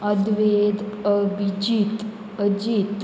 Adved Abhijeet Ajit